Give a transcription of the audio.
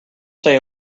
stay